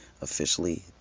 officially